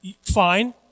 Fine